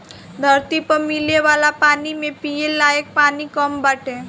धरती पअ मिले वाला पानी में पिये लायक पानी कम बाटे